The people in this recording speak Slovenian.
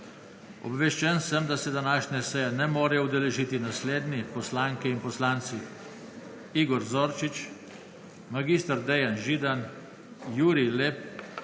Obveščen sem, da se današnje seje ne morejo udeležiti naslednje poslanke in poslanci: Igor Zorčič, mag. Dejan Židan, Jurij Lep,